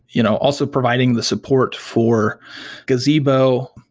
you know also providing the support for gazebo.